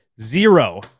Zero